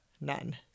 None